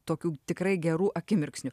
tokių tikrai gerų akimirksnių